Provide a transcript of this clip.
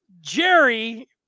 Jerry